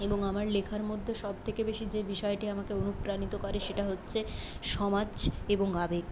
এবং আমার লেখার মধ্যে সবথেকে বেশি যে বিষয়টি আমাকে অনুপ্রাণিত করে সেটা হচ্ছে সমাজ এবং আবেগ